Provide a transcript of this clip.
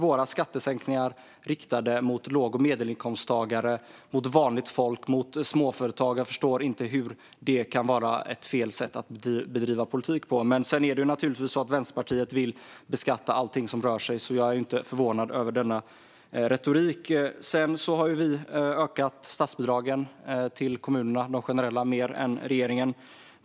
Våra skattesänkningar är riktade mot låg och medelinkomsttagare - mot vanligt folk och småföretagare. Jag förstår inte hur det kan vara fel sätt att bedriva politik på. Men Vänsterpartiet vill naturligtvis beskatta allt som rör sig, så jag är inte förvånad över denna retorik. Vi har ökat de generella statsbidragen till kommunerna mer än regeringen.